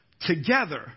together